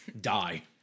die